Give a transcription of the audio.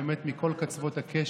באמת, מכל קצוות הקשת,